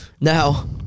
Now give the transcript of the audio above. Now